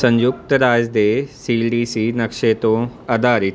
ਸੰਯੁਕਤ ਰਾਜ ਦੇ ਸੀ ਡੀ ਸੀ ਨਕਸ਼ੇ ਤੋਂ ਆਧਾਰਿਤ